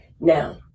Now